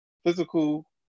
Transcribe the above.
Physical